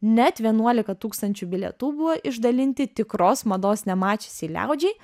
net vienuolika tūkstančių bilietų buvo išdalinti tikros mados nemačiusiai liaudžiai